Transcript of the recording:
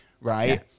right